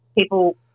people